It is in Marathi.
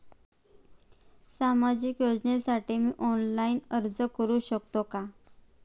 सामाजिक योजनेसाठी मी ऑनलाइन अर्ज करू शकतो का?